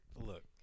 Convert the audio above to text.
look